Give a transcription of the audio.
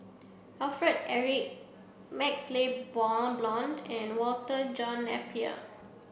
Alfred Eric MaxLe Blond and Walter John Napier